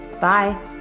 Bye